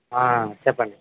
చెప్పండి